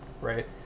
right